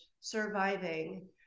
surviving